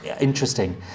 interesting